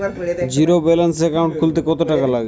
Zero balance account খুলতে কত টাকা লাগে?